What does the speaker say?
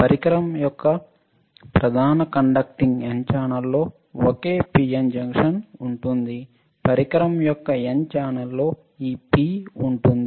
పరికరం యొక్క ప్రధాన కండక్టింగ్ N ఛానెల్లో ఒకే PN జంక్షన్ ఉంటుంది పరికరం యొక్క N ఛానెల్లో ఈ P ఉంటుంది